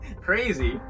Crazy